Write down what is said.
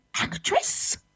actress